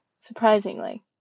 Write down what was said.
surprisingly